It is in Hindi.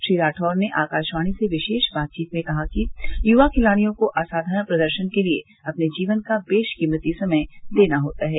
श्री राठौर ने आकाशवाणी से विशेष बातचीत में कहा कि युवा खिलाड़ियों को असाधारण प्रदर्शन के लिए अपने जीवन का बेशकीमती समय देना होता है